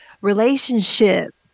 relationship